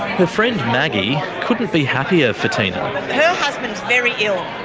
her friend maggie couldn't be happier for tina. her husband is very ill,